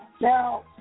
Now